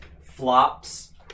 flops